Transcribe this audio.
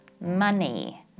money